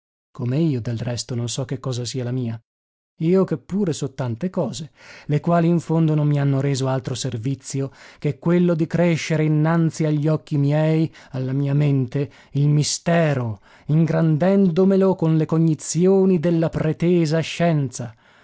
come io del resto non so che cosa sia la mia io che pure so tante cose le quali in fondo non mi hanno reso altro servizio che quello di crescere innanzi a gli occhi miei alla mia mente il mistero ingrandendomelo con le cognizioni della pretesa scienza